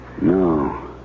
No